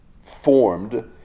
formed